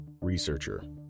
researcher